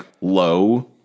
low